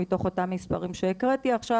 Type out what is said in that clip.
מתוך אותם מספרים שהקראתי עכשיו,